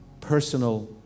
personal